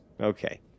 Okay